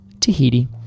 Tahiti